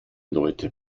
leute